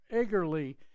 eagerly